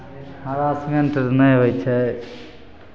harassment नहि होइ छै